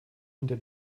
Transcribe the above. hinter